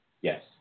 Yes